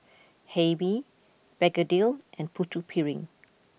Hae Mee Begedil and Putu Piring